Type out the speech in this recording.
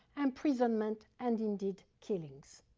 imprisonment, and indeed, killings.